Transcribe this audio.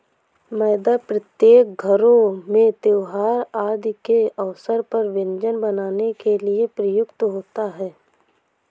मैदा प्रत्येक घरों में त्योहार आदि के अवसर पर व्यंजन बनाने के लिए प्रयुक्त होता है